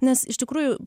nes iš tikrųjų